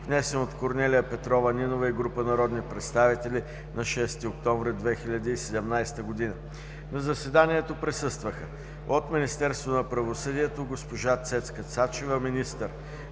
внесен от Корнелия Петрова Нинова и група народни представители на 6 октомври 2017 г. На заседанието присъстваха: от Министерството на правосъдието – госпожа Цецка Цачева – министър,